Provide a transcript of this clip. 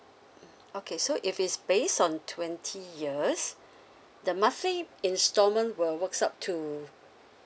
mm okay so if it's based on twenty years the monthly installment will works up to